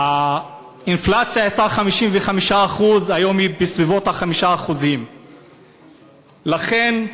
האינפלציה הייתה 55%, והיום היא בסביבות 5%. לכן,